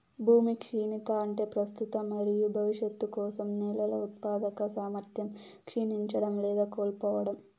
భూమి క్షీణత అంటే ప్రస్తుత మరియు భవిష్యత్తు కోసం నేలల ఉత్పాదక సామర్థ్యం క్షీణించడం లేదా కోల్పోవడం